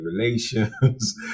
relations